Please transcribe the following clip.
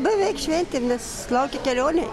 beveik šventėm nes laukia kelionė